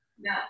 No